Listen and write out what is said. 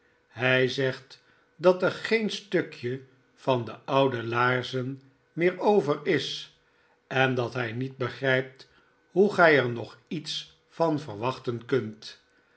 hij zegt dat er geen stukje van de oude laarzen meer over is en dat hij niet begrijpt hoe gij er nog iets van verwachten kunt